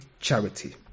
charity